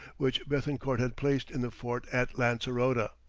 which bethencourt had placed in the fort at lancerota.